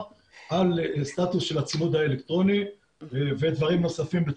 על סטטוס של הצימוד האלקטרוני ודברים נוספים.